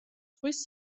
ზღვის